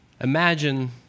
imagine